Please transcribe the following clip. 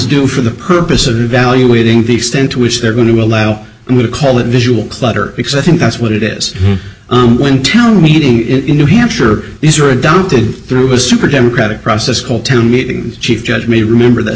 do for the purpose of evaluating the extent to which they're going to allow me to call it visual clutter because i think that's what it is when town meeting in new hampshire these are adopted through a super democratic process called town meeting chief judge me remember th